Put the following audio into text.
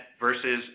versus